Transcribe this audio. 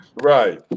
Right